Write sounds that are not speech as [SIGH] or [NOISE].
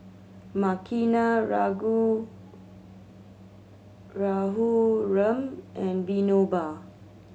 Makineni [UNINTELLIGIBLE] Raghuram and Vinoba